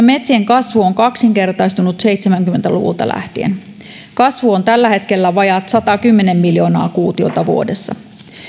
metsien kasvu on kaksinkertaistunut seitsemänkymmentä luvulta lähtien ja kasvu on tällä hetkellä vajaat satakymmentä miljoonaa kuutiota vuodessa